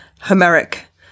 Homeric